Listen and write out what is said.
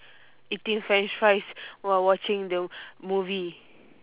eating french fries while watching the movie